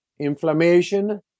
Inflammation